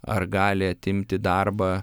ar gali atimti darbą